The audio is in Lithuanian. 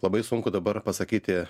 labai sunku dabar pasakyti